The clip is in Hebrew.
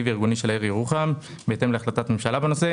וארגוני של העיר ירוחם בהתאם להחלטת ממשלה בנושא.